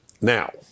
Now